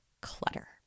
clutter